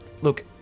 look